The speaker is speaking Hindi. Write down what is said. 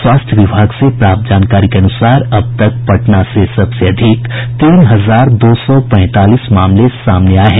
स्वास्थ्य विभाग से प्राप्त जानकारी के अनुसार अब तक पटना से सबसे अधिक तीन हजार दो सौ पैंतालीस मामले सामने आये हैं